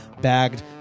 bagged